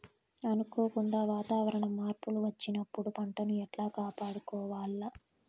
అనుకోకుండా వాతావరణ మార్పులు వచ్చినప్పుడు పంటను ఎట్లా కాపాడుకోవాల్ల?